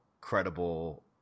credible